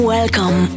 Welcome